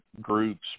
groups